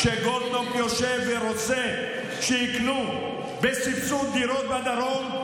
כשגולדקנופ יושב ורוצה שיקנו בסבסוד דירות בדרום,